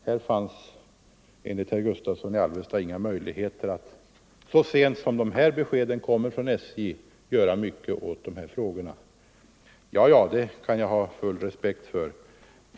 Det fanns enligt herr Gustavsson i Alvesta inga möjligheter för kommunerna att göra någonting åt dessa frågor så sent som beskeden kom från SJ. Det kan jag ha full respekt för.